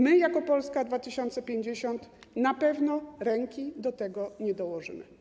My jako Polska 2050 na pewno ręki do tego nie przyłożymy.